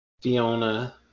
Fiona